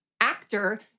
actor